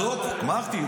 אמרתי,